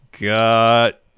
got